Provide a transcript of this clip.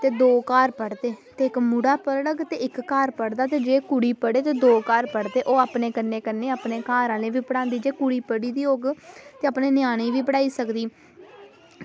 ते दो घर पढ़दे ते इक्क मुढ़ा पढ़ग ते इक्क घर पढ़दा ते कुड़ी पढ़ग ते दौ घर पढ़दे ओह् अपने कन्नै कन्नै अपने घर आह्ले गी बी पढ़ांदी ते पढ़ी दी होग ते अपने ञ्यानें गी बी पढ़ांदी